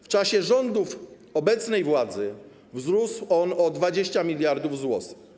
W czasie rządów obecnej władzy wzrósł on o 20 mld zł.